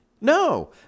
No